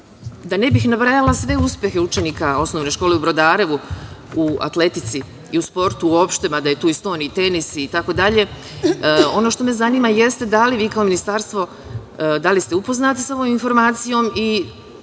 ne bih nabrajala sve uspehe učenika osnovne škole u Brodarevu u atletici i u sportu uopšte, mada je tu i stoni tenis itd, ono što me zanima jeste – da li ste vi kao Ministarstvo upoznati sa ovom informacijom i